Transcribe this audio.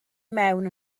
mewn